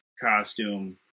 costume